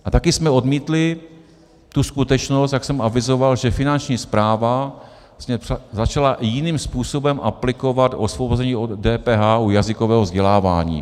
A taky jsme odmítli tu skutečnost, jak jsem avizoval, že Finanční správa začala jiným způsobem aplikovat osvobození od DPH u jazykového vzdělávání.